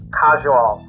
casual